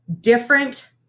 different